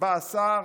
בא השר,